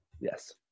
Yes